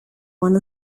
one